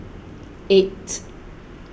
eight